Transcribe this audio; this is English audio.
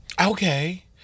Okay